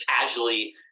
casually